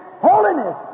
holiness